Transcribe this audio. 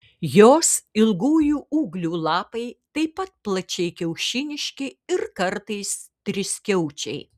jos ilgųjų ūglių lapai taip pat plačiai kiaušiniški ir kartais triskiaučiai